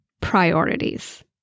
priorities